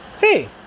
hey